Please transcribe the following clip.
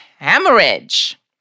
hemorrhage